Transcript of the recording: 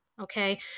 Okay